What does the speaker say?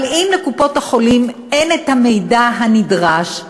אבל אם לקופות-החולים אין המידע הנדרש,